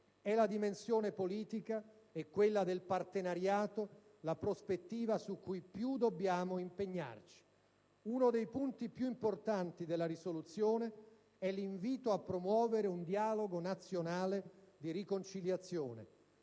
La dimensione politica e quella del partenariato rappresentano la prospettiva su cui dobbiamo impegnarci maggiormente. Uno dei punti più importanti della risoluzione è l'invito a promuovere un dialogo nazionale di riconciliazione.